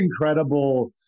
incredible